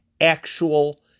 actual